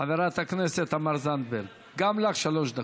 חברת הכנסת תמר זנדברג, גם לך שלוש דקות.